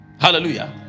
Hallelujah